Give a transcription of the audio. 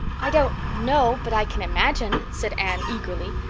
i don't know, but i can imagine, said anne eagerly.